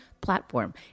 platform